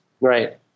right